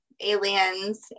aliens